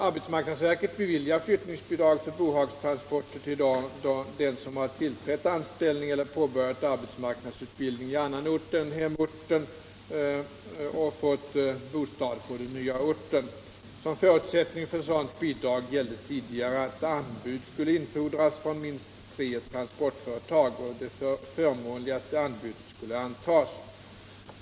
Arbetsmarknadsverket beviljar flyttningsbidrag för bohagstransporter till den som tillträtt anställning eller påbörjat arbetsmarknadsutbildning på annan ort än hemorten och fått bostad på den nya orten. Som förutsättning för sådant bidrag gällde tidigare att anbud skulle infordras från minst tre transportföretag. Det förmånligaste anbudet skulle antas.